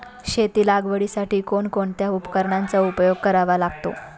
शेती लागवडीसाठी कोणकोणत्या उपकरणांचा उपयोग करावा लागतो?